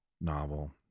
novel